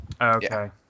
Okay